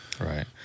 Right